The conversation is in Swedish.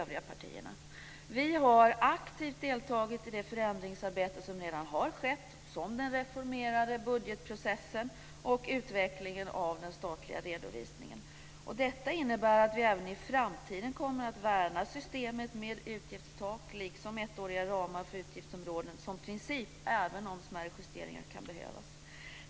Vi har aktivt deltagit i det förändringsarbete som redan har skett, t.ex. den reformerade budgetprocessen och utvecklingen av den statliga redovisningen. Detta innebär att vi även i framtiden kommer att värna systemet med utgiftstak liksom ettåriga ramar för utgiftsområden som princip, även om smärre justeringar kan behövas.